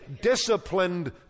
disciplined